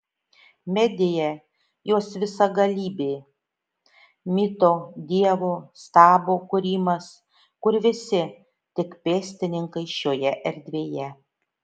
medija jos visagalybė mito dievo stabo kūrimas kur visi tik pėstininkai šioje erdvėje